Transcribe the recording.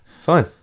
fine